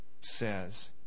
says